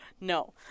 no